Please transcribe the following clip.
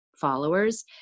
followers